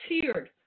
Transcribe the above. tiered